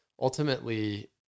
Ultimately